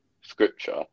scripture